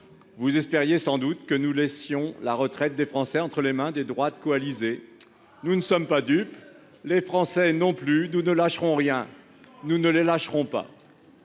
Vous espériez sans doute que nous laisserions la retraite des Français entre les mains des droites coalisées. Nous ne sommes pas dupes, les Français non plus. Nous ne lâcherons rien et nous ne les lâcherons pas.